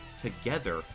together